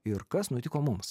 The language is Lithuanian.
ir kas nutiko mums